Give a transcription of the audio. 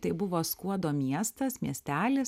tai buvo skuodo miestas miestelis